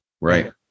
right